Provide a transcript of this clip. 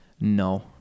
No